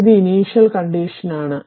ഇത് initial condition ആണ്